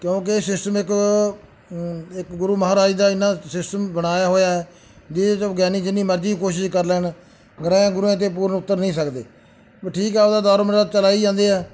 ਕਿਉਂਕਿ ਸਿਸਟਮ ਇੱਕ ਇੱਕ ਗੁਰੂ ਮਹਾਰਾਜ ਦਾ ਇੰਨਾ ਸਿਸਟਮ ਬਣਾਇਆ ਹੋਇਆ ਜਿਹਦੇ 'ਚ ਵਿਗਿਆਨੀ ਜਿੰਨੀ ਮਰਜ਼ੀ ਕੋਸ਼ਿਸ਼ ਕਰ ਲੈਣ ਗ੍ਰਹਿ ਗਰੂਆਂ 'ਤੇ ਪੂਰਨ ਉਤਰ ਨਹੀਂ ਸਕਦੇ ਠੀਕ ਆ ਉਹਦਾ ਦਾਰੋ ਮਦਾਰ ਚਲਾਈ ਜਾਂਦੇ ਆ